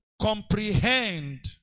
comprehend